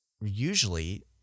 usually